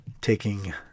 taking